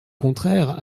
contraire